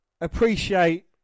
appreciate